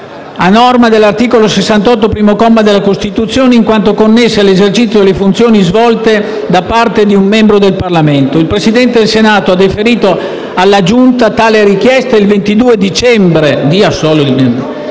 a norma dell'articolo 68, primo comma, della Costituzione, in quanto connesse all'esercizio delle funzioni svolte da parte di un membro del Parlamento. Il Presidente del Senato ha deferito alla Giunta tale richiesta il 22 dicembre